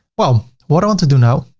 well, what i want to do now,